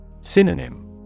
Synonym